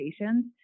patients